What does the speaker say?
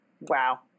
Wow